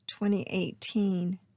2018